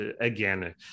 again